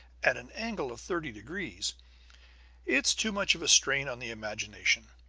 at an angle of thirty degrees it's too much of a strain on the imagination.